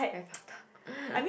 very